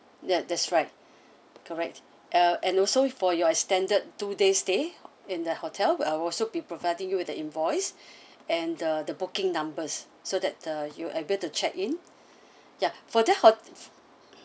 ya that's right correct uh and also for your extended two days stay in the hotel I will also be providing you with the invoice and the the booking numbers so that the you able to check in ya for the hot~